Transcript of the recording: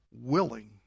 willing